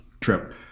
trip